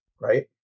right